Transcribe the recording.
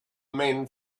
men